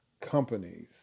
companies